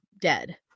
dead